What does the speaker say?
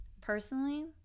personally